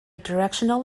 directional